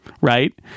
right